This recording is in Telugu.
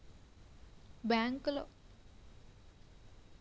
అనుకోకుండా డబ్బులు తప్పు అకౌంట్ కి పంపిస్తే ఏంటి చెయ్యాలి?